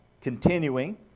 continuing